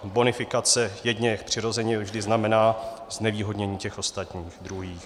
Bonifikace jedněch přirozeně vždy znamená znevýhodnění těch ostatních, druhých.